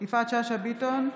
יפעת שאשא ביטון,